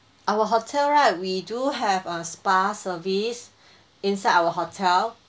our hotel right we do have a spa service inside our hotel